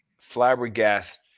flabbergasted